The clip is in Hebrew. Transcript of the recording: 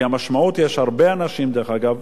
כי המשמעות, הרבה אנשים, דרך אגב,